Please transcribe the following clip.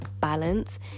balance